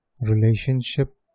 relationship